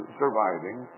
surviving